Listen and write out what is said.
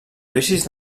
judicis